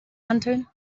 hanteln